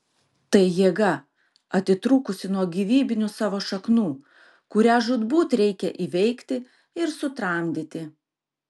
tai jėga atitrūkusi nuo gyvybinių savo šaknų kurią žūtbūt reikia įveikti ir sutramdyti